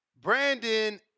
Brandon